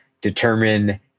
determine